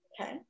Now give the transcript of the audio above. Okay